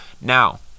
Now